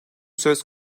söz